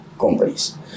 companies